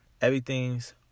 Everything's